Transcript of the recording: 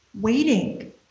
waiting